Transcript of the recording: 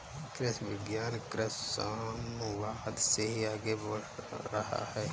कृषि विज्ञान कृषि समवाद से ही आगे बढ़ रहा है